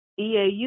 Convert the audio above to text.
EAU